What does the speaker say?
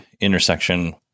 intersection